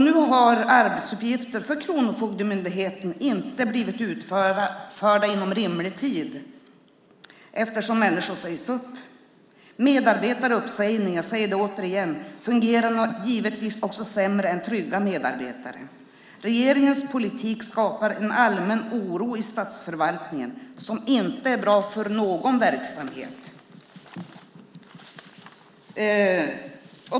Nu har arbetsuppgifter för Kronofogdemyndigheten inte blivit utförda inom rimlig tid, eftersom människor sägs upp. Medarbetare i uppsägning - jag säger det åter igen - fungerar givetvis sämre än trygga medarbetare. Regeringens politik skapar en allmän oro i statsförvaltningen som inte är bra för någon verksamhet.